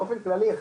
ובאופן כללי בעולם,